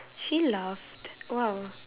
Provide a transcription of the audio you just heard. she laughed !wow!